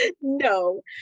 no